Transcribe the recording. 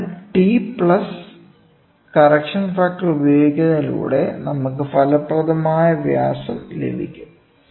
അതിനാൽ T plus correction factor ഉപയോഗിക്കുന്നതിലൂടെ നമുക്ക് ഫലപ്രദമായ വ്യാസം ലഭിക്കും